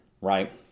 right